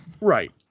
right